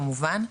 כמובן.